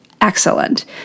excellent